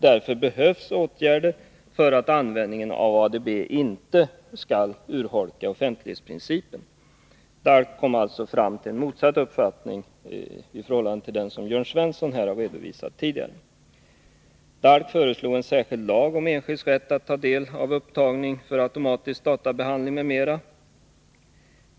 Därför behövs åtgärder för att användningen av ADB inte skall urholka offentlighetsprincipen. DALK kom alltså fram till en uppfattning motsatt den som Jörn Svensson här tidigare redovisat. DALK föreslog en särskild lag om enskilds rätt att ta del av upptagning för automatisk databehandling m.m.